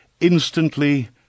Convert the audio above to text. instantly